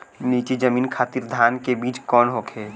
नीची जमीन खातिर धान के बीज कौन होखे?